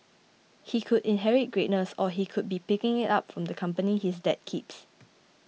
he could inherit greatness or he could be picking it up from the company his dad keeps